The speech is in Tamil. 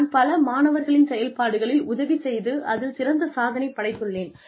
நான் பல மாணவர்களின் செயல்பாடுகளில் உதவி செய்து அதில் சிறந்த சாதனை படைத்துள்ளேன்